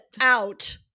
out